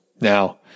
Now